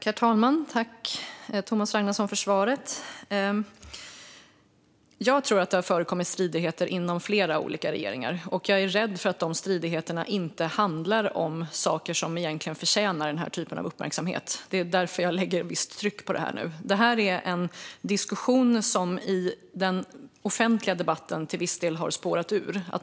Herr talman! Jag tackar Thomas Ragnarsson för svaret. Jag tror att det har förekommit stridigheter inom flera olika regeringar, och jag är rädd att de stridigheterna inte handlar om saker som egentligen förtjänar den här typen av uppmärksamhet. Det är därför jag lägger ett visst tryck på detta nu. Detta är en diskussion som i den offentliga debatten till viss del har spårat ur.